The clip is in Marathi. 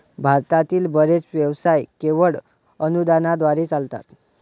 भारतातील बरेच व्यवसाय केवळ अनुदानाद्वारे चालतात